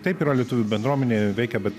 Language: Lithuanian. taip yra lietuvių bendruomenė veikia bet